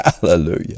hallelujah